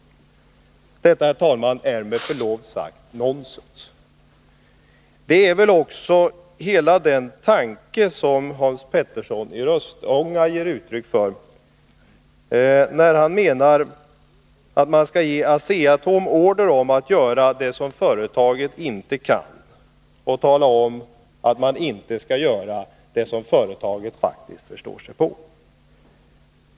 Detta, herr talman, är med förlov sagt nonsens. Det är också hela den tanke som Hans Petersson i Hallstahammar ger uttryck för, när han menar att man skall ge Asea-Atom order att göra det som företaget inte kan och att inte göra det som företaget faktiskt förstår sig på.